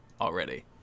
already